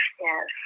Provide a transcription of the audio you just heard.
yes